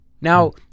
Now